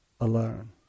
alone